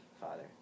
Father